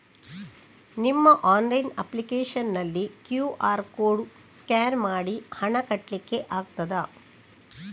ನಿಮ್ಮ online application ನಲ್ಲಿ QR code scan ಮಾಡಿ ಹಣ ಕಟ್ಲಿಕೆ ಆಗ್ತದ?